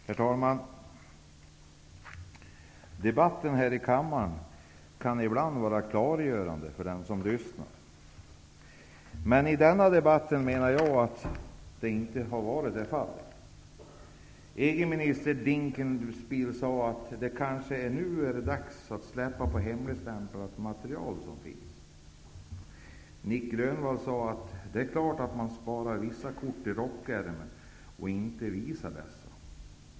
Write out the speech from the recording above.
Herr talman! Debatten här i kammaren kan ibland vara klargörande för den som lyssnar. Men i den här debatten har det inte varit så. EG-minister Dinkelspiel sade att det kanske nu är dags att släppa hemligstämplat material. Nic Grönvall sade att det är klart att man sparar vissa kort i rockärmen och inte visar dem.